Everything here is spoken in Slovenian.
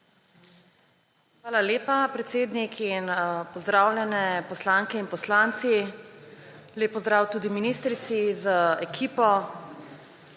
Hvala lepa, predsednik, in pozdravljeni, poslanke in poslanci. Lep pozdrav tudi ministrici z ekipo!